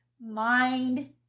mind